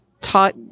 taught